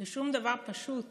לשום דבר פשוט